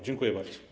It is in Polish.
Dziękuję bardzo.